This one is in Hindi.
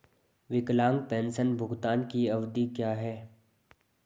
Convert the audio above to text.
विकलांग पेंशन भुगतान की अवधि क्या है?